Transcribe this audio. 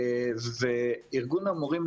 ארגון המורים,